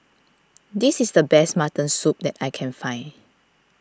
this is the best Mutton Soup that I can find